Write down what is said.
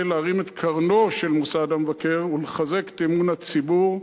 להרים את קרנו של מוסד המבקר ולחזק את אמון הציבור,